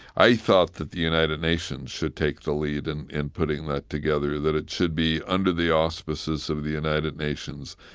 i thought that the united nations should take the lead and in putting that together, that it should be under the auspices of the united nations,